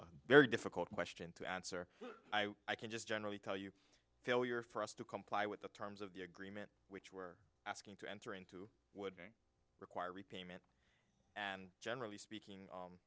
a very difficult question to answer i can just generally tell you failure for us to comply with the terms of the agreement which we're asking to enter into would require repayment and generally speaking